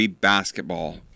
basketball